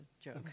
joke